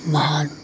महान